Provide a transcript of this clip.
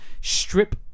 strip